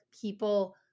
people